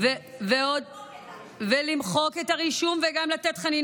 הפחדה וגם השתקה,